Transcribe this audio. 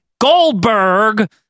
Goldberg